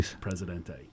Presidente